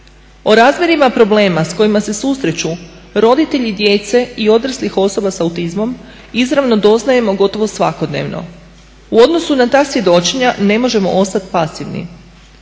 O razmjerima problema s kojima se susreću roditelji djece i odraslih osoba sa autizmom izravno doznajemo gotovo svakodnevno. U odnosu na ta svjedočenja ne možemo ostati pasivni.